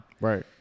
Right